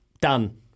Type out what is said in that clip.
done